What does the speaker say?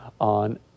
on